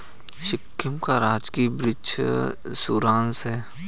सिक्किम का राजकीय वृक्ष बुरांश है